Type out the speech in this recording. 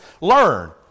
Learn